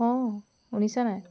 অঁ শুনিচা নাই